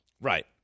Right